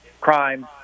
crime